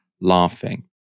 laughing